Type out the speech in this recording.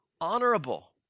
honorable